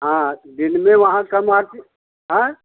हाँ दिन में वहाँ कम हाँ